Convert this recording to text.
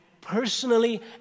personally